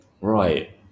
Right